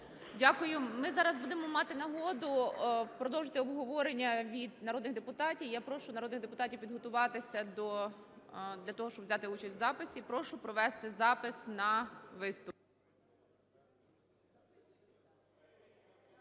Дякую. Ми зараз будемо мати нагоду продовжити обговорення від народних депутатів. Я прошу народних депутатів підготуватися до… для того, щоб взяти участь у записі. Прошу провести запис на виступ.